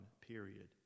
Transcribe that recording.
period